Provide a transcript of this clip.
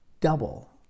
double